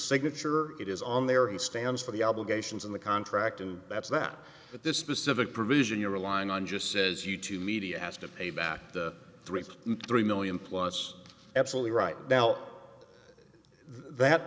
signature it is on there he stands for the obligations in the contract and that's that but this specific provision you're relying on just says you two media has to pay back the three point three million plus absolutely right now that